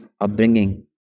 Upbringing